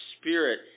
spirit